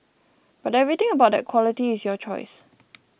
but everything about that quality is your choice